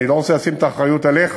אני לא רוצה לשים את האחריות עליך,